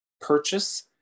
purchase